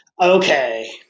okay